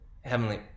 heavenly